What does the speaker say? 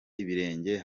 ibirenge